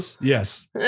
Yes